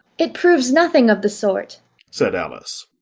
it proves nothing of the sort said alice.